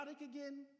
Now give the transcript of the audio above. again